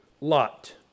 Lot